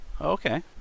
Okay